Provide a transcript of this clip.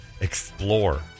explore